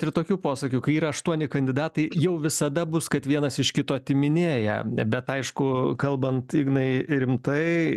ir tokiu posakiu kai yra aštuoni kandidatai jau visada bus kad vienas iš kito atiminėja bet aišku kalbant ignai rimtai